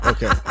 Okay